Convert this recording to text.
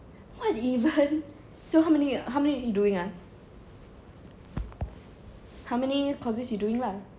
what even so how many eh how many are you doing ah how many courses you doing lah